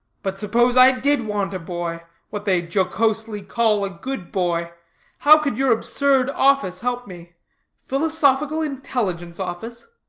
but suppose i did want a boy what they jocosely call a good boy how could your absurd office help me philosophical intelligence office?